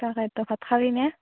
তাকেতো ভাত খালী না